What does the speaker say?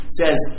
says